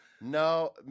No